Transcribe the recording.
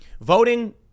voting